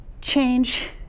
change